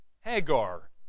Hagar